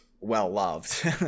well-loved